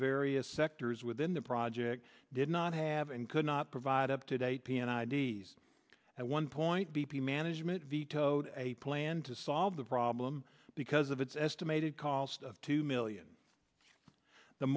various sectors within the project did not have and could not provide up to date p n i d s at one point b p management vetoed a plan to solve the problem because of its estimated cost of two million the